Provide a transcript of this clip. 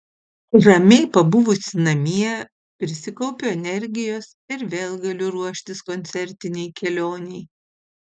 ramiai pabuvusi namie prisikaupiu energijos ir vėl galiu ruoštis koncertinei kelionei